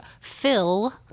Phil